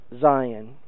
Zion